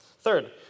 Third